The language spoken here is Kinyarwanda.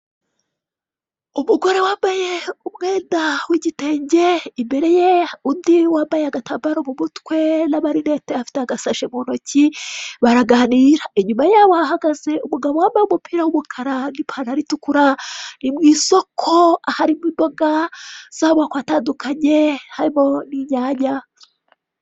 Umugore wambaye umwenda w' igitenge imbereye ye undi wambaye agatambaro mu mutwe n' amarinete afite agashashi mu ntoki baraganira, inyuma yabo hahagaze umugabo wambaye umupira w' umukara n' ipantaro itukura ni mu isoko aharimo imboga z' amoko atandukanye harimo n' inyanya.